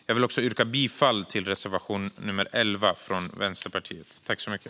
Jag vill yrka bifall till reservation 11 från Vänsterpartiet.